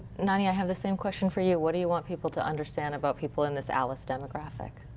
yunji i have the same question for you. what do you want people to understand about people in this alice demographic?